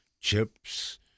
chips